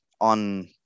on